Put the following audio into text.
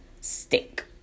stick